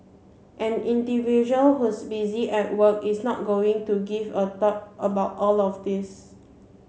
an individual who's busy at work is not going to give a thought about all of this